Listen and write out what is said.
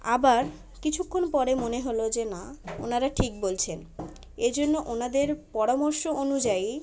আবার কিছুক্ষণ পরে মনে হলো যে না ওনারা ঠিক বলছেন এজন্য ওনাদের পরামর্শ অনুযায়ী